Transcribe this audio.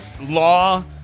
law